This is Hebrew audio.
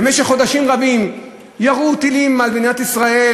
במשך חודשים רבים ירו טילים על מדינת ישראל,